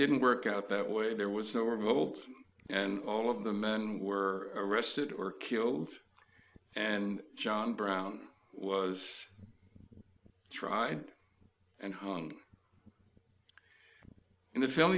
didn't work out that way there was no removal and all of the men were arrested or killed and john brown was tried and hung in the film